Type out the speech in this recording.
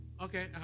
Okay